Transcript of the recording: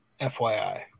FYI